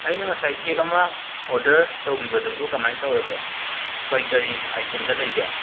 ꯑꯩꯅ ꯉꯁꯥꯏ ꯀꯦꯛ ꯑꯃ ꯑꯣꯔꯗꯔ ꯇꯧꯒꯤꯕꯗꯨꯕꯨ ꯀꯃꯥꯏ ꯇꯧꯔꯒꯦ ꯍꯣꯏ ꯀꯔꯤ ꯑꯥꯏꯇꯦꯝꯗ ꯂꯩꯒꯦ